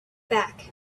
back